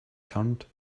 turned